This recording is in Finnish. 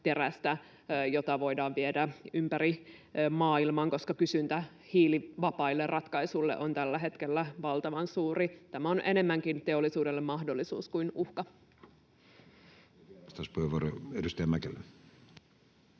jota voidaan viedä ympäri maailman, koska kysyntä hiilivapaille ratkaisuille on tällä hetkellä valtavan suuri. Tämä on enemmänkin teollisuudelle mahdollisuus kuin uhka.